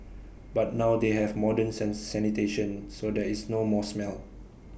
but now they have modern sin sanitation so there is no more smell